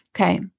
Okay